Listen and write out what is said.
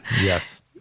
yes